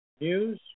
news